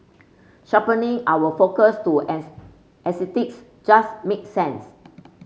sharpening our focus to as exotics just make sense